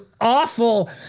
awful